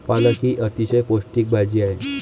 पालक ही अतिशय पौष्टिक भाजी आहे